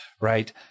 Right